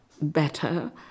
better